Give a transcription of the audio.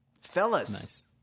Fellas